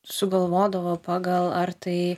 sugalvodavo pagal ar tai